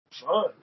fun